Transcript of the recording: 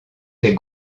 tes